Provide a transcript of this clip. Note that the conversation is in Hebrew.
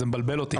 אז זה מבלבל אותי.